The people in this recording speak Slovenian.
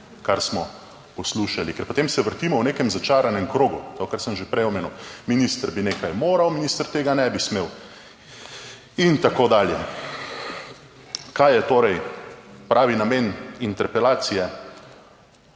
kar smo poslušali, ker potem se vrtimo v nekem začaranem krogu, to, kar sem že prej omenil. Minister bi nekaj moral, minister tega ne bi smel in tako dalje. Kaj je torej pravi namen interpelacije?